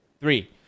three